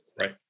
Right